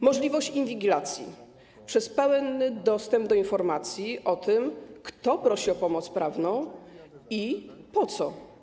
Możliwość inwigilacji przez pełen dostęp do informacji o tym, kto prosi o pomoc prawną i po co.